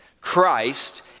Christ